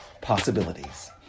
possibilities